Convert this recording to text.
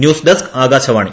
news desk Akashvani